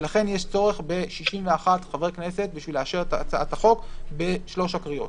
ולכן יש צורך ב-61 חברי כנסת כדי לאשר את הצעת החוק בשלוש הקריאות.